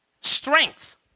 strength